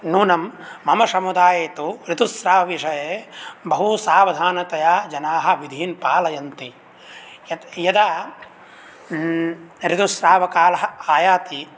नूनं मम समुदाये तु ऋतुस्रावविषये बहु सावधानतया जनाः विधीन् पालयन्ति यत् यदा ऋतुस्रावकालः आयाति